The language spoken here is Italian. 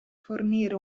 fornire